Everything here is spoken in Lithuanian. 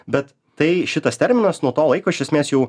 bet tai šitas terminas nuo to laiko iš esmės jau